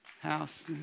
house